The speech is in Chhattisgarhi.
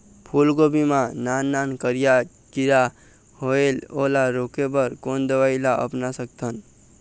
फूलगोभी मा नान नान करिया किरा होयेल ओला रोके बर कोन दवई ला अपना सकथन?